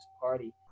Party